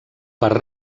per